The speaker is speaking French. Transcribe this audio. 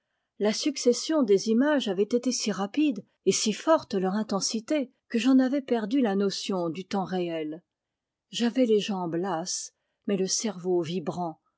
la succession des images avait été si rapide et si forte leur intensité que j'en avais perdu la notion du temps réel j'avais les jambes lasses mais le cerveau vibrant